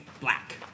black